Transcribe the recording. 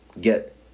get